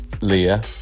Leah